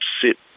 sit